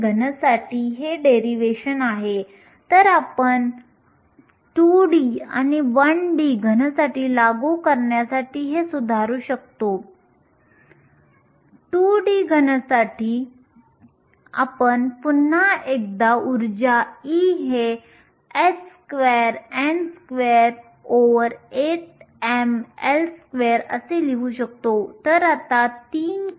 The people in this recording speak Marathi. आपण या अभिव्यक्तीमध्ये या दोघांना बदलू शकतो आणि एकत्रीकरण इंटिग्रेशन करू शकतो मी एकत्रीकरण इंटिग्रेशन स्पष्टपणे दर्शवणार नाही परंतु अंतिम निकाल लिहू